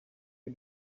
you